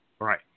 Right